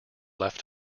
left